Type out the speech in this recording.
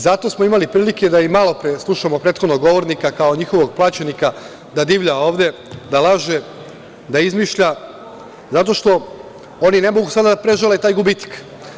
Zato smo imali prilike da i malopre slušamo prethodnog govornika, kao njihovog plaćenika, da divlja ovde, da laže, da izmišlja, zato što oni ne mogu sada da prežale taj gubitak.